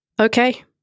Okay